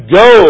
go